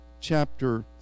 chapter